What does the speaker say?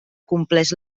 compleix